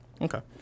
Okay